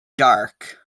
dark